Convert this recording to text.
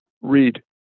Read